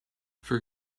for